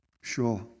sure